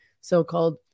so-called